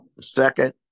second